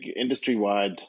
industry-wide